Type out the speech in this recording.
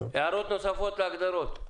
יש הערות נוספות להגדרות?